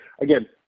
again